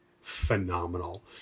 phenomenal